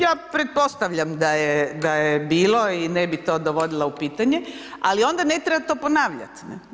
Ja pretpostavljam da je bilo i ne bi to dovodila u pitanje, ali onda ne treba to ponavljati.